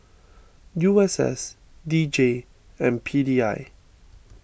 U S S D J and P D I